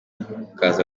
akaza